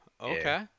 okay